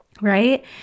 right